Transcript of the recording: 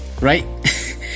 right